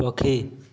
ପକ୍ଷୀ